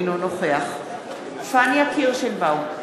אינו נוכח פניה קירשנבאום,